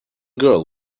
girl